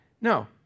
no